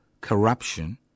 Corruption